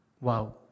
Wow